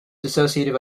dissociative